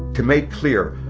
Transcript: to make clear,